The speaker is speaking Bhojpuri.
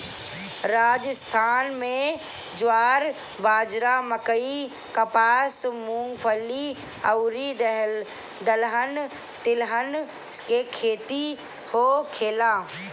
राजस्थान में ज्वार, बाजारा, मकई, कपास, मूंगफली अउरी दलहन तिलहन के खेती होखेला